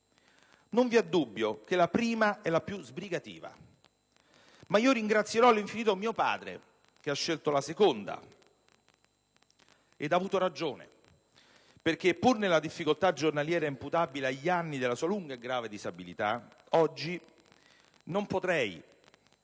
Non vi è dubbio che la prima è la più sbrigativa, ma io ringrazierò all'infinito mio padre, che ha scelto la seconda. Egli ha avuto ragione perché, pur nella difficoltà giornaliera imputabile agli anni della sua lunga e grave disabilità, oggi non potrei